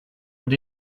what